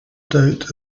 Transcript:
doubt